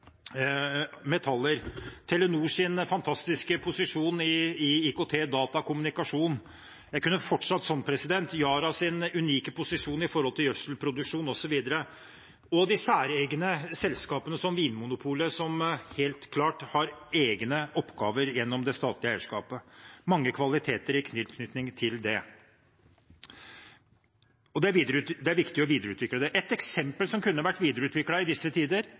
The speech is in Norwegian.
metaller, Telenors fantastiske posisjon i IKT og datakommunikasjon, Yaras unike posisjon når det gjelder gjødselproduksjon, og de særegne selskapene, som Vinmonopolet, som helt klart har egne oppgaver gjennom det statlige eierskapet – mange kvaliteter i tilknytning til det. Jeg kunne fortsatt slik. Det er viktig å videreutvikle det. Et eksempel på noe som kunne vært videreutviklet i disse tider,